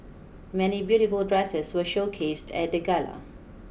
many beautiful dresses were showcased at the Gala